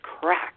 crack